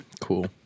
Cool